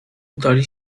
udali